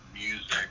music